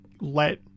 let